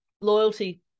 loyalty